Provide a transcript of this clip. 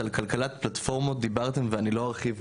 על כלכלת פלטפורמות דיברתם ואני לא ארחיב,